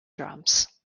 drums